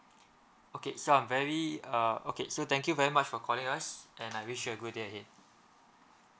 okay so I'm very uh okay so thank you very much for calling us and I wish you a good day ahead